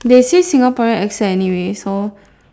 they say Singaporean accent anyway so